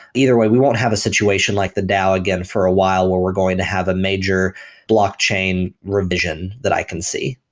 either way, we won't have a situation like the dao again for a while where we're going to have a major blockchain revision that i can see.